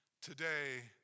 today